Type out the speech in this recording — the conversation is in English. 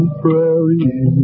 prairie